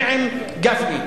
ועם גפני.